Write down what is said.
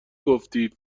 گفتی